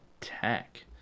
Tech